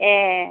ए